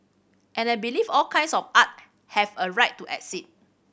and I believe all kinds of art have a right to exist